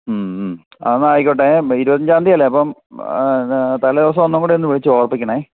ഹമ് ഹമ് ആ എന്നാൽ ആയിക്കൊട്ടെ ഒരുപത്തഞ്ചാം തീയതി അല്ലേ അപ്പോൾ തലേദിവസം ഒന്നും കൂടെ ഒന്ന് വിളിച്ച് ഓർമിപ്പിക്കണം